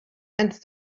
and